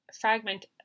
fragment